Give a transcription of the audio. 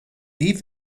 die